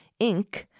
Inc